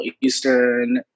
Eastern